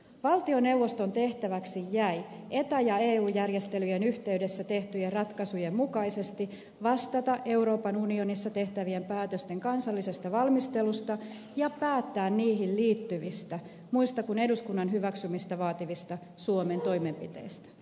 valtioneuvoston tehtäväksi jäi eta ja eu järjestelyjen yhteydessä tehtyjen ratkaisujen mukaisesti vastata euroopan unionissa tehtävien päätösten kansallisesta valmistelusta ja päättää niihin liittyvistä muista kuin eduskunnan hyväksymistä vaativista suomen toimenpiteistä